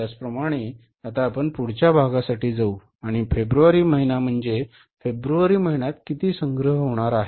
त्याचप्रमाणे आता आपण पुढच्या भागासाठी जाऊ आणि फेब्रुवारी महिना म्हणजे फेब्रुवारी महिन्यात किती संग्रह होणार आहेत